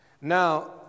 Now